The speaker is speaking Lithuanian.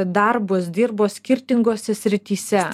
darbus dirbo skirtingose srityse